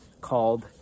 called